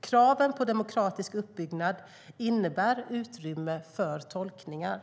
Kraven på demokratisk uppbyggnad innebär ett utrymme för tolkningar.